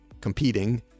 competing